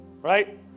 Right